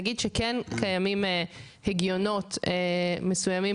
נגיד שכן קיימים הגיונות מסוימים